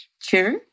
Sure